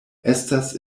estas